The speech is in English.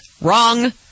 Wrong